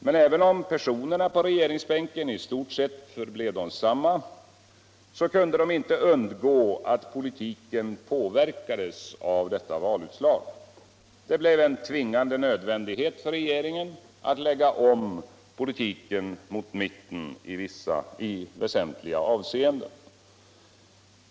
Men även om personerna på regeringsbänken i stort sett förblev desamma kunde de inte undgå att politiken påverkades av valutslaget. Det blev en tvingande nödvändighet för regeringen att lägga om politiken mot mitten i flera avseenden.